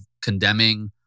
Condemning